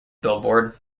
billboard